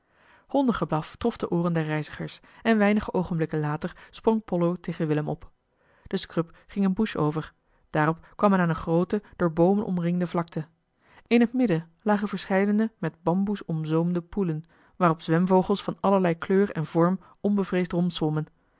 hondengeblaf trof de ooren der reizigers en weinige oogenblikken later sprong pollo tegen willem op de scrub ging in bush over daarop kwam men aan eene groote door boomen omringde vlakte in het midden lagen verscheidene met bamboes omzoomde poelen waarop zwemvogels van allerlei kleur en vorm onbevreesd